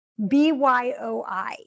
BYOI